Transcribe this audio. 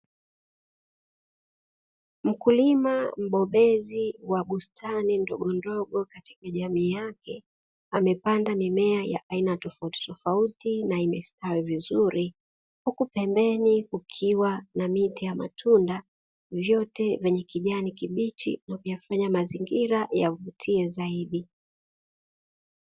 Mkulima mbobezi wa bustani ndogo ndogo Katia jamii yake, amepanda mimea ya aina tofautitofauti na imestawi vizuri. Huku pembeni kukiwa na miti ya matunda vyote vikiwa na rangi ya kijani kibichi, vikiyafanya mazingira yavutie zaidi.